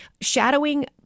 shadowing